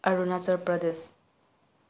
Arunachal Pradesh